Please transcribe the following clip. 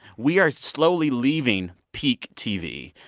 we are slowly leaving peak tv.